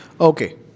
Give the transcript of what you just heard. Okay